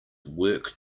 work